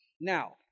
Now